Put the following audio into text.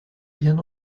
bien